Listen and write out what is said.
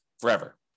forever